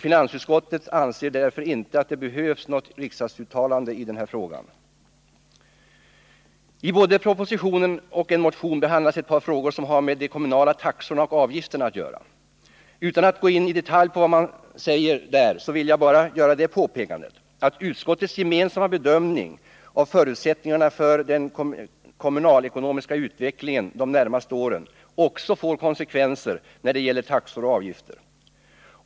Finansutskottet anser därför inte att det behövs något riksdagsuttalande i den här frågan. I både propositionen och en motion behandlas ett par frågor som har med de kommunala taxorna och avgifterna att göra. Utan att gå in i detalj på vad som här sägs vill jag bara göra det påpekandet, att utskottets gemensamma bedömning av förutsättningarna för den kommunalekonomiska utvecklingen de närmaste åren också får konsekvenser när det gäller taxor och avgifter.